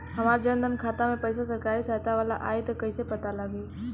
हमार जन धन खाता मे पईसा सरकारी सहायता वाला आई त कइसे पता लागी?